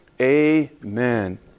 amen